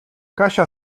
kasia